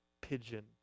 pigeon